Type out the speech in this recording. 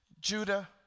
Judah